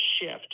shift